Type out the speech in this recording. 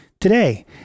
today